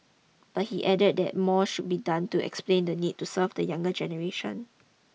but he added that more should be done to explain the need to serve the younger generation